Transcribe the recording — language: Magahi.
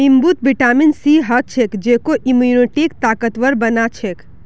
नींबूत विटामिन सी ह छेक जेको इम्यूनिटीक ताकतवर बना छेक